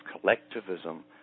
collectivism